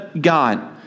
God